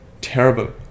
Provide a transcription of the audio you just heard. terrible